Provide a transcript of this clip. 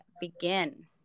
begin